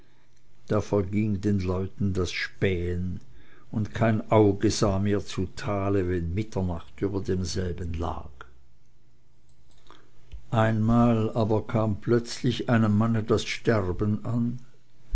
da verging den leuten das spähen und kein auge sah mehr zu tale wenn mitternacht über demselben lag einmal aber kam plötzlich einen mann das sterben an